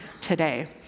today